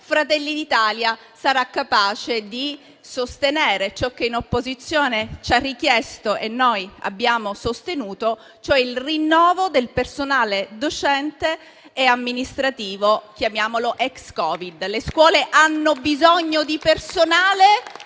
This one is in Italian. Fratelli d'Italia sarà capace di sostenere ciò che in opposizione ci ha chiesto e noi abbiamo sostenuto, e cioè il rinnovo del personale docente e amministrativo, chiamiamolo ex Covid. Le scuole hanno bisogno di personale?